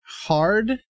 hard